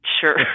sure